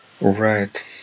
Right